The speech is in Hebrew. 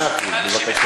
אם לא יהיו, מאה אחוז.